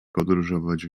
podróżować